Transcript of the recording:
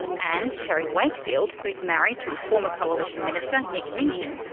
and kerry wakefield, who's married to former coalition minister nick minchin,